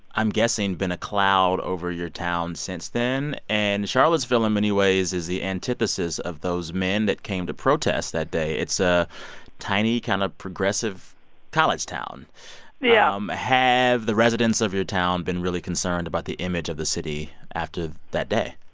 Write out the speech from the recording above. i'm guessing, been a cloud over your town since then. and charlottesville, in many ways, is the antithesis of those men that came to protest that day. it's a tiny kind of progressive college town yeah um have the residents of your town been really concerned about the image of the city after that day?